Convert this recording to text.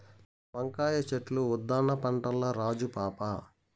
వంకాయ చెట్లే ఉద్దాన పంటల్ల రాజు పాపా